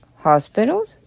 hospitals